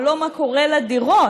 ולא מה שקורה לדירות.